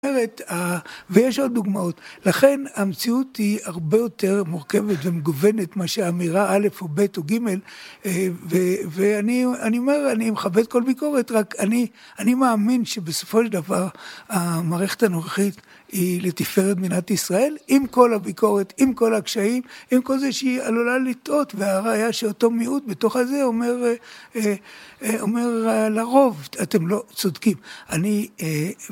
ויש עוד דוגמאות, לכן המציאות היא הרבה יותר מורכבת ומגוונת מה שאמירה א' או ב' או ג', ואני אומר, אני מכבד כל ביקורת, רק אני מאמין שבסופו של דבר המערכת הנוכחית היא לתפארת מדינת ישראל, עם כל הביקורת, עם כל הקשיים, עם כל זה שהיא עלולה לטעות, והרעיה שאותו מיעוט בתוך הזה אומר לרוב, אתם לא צודקים.